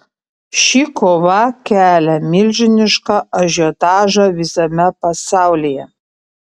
ši kova kelia milžinišką ažiotažą visame pasaulyje